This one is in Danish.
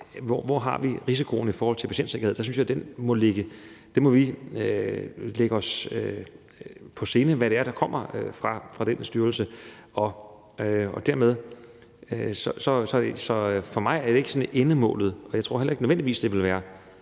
vi har risikoen i forhold til patientsikkerheden, så synes jeg, vi må lægge os på sinde, hvad det er, der kommer fra den styrelse. Dermed er det for mig ikke sådan endemålet, og jeg tror heller ikke nødvendigvis, det vil være